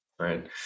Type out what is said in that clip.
Right